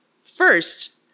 First